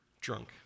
drunk